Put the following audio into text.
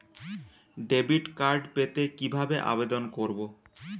Debit card পেতে কিভাবে আবেদন করব?